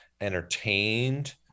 entertained